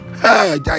Hey